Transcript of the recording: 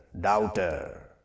doubter